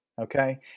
Okay